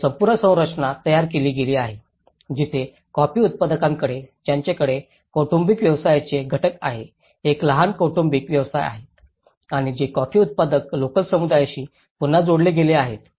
आणि संपूर्ण संरचना तयार केली गेली आहे जिथे कॉफी उत्पादकांकडे त्यांच्याकडे कौटुंबिक व्यवसायांचे घटक आहेत एक लहान कौटुंबिक व्यवसाय आहेत आणि जे कॉफी उत्पादक लोकल समुदायाशी पुन्हा जोडले गेले आहेत